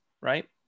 right